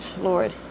Lord